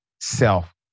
self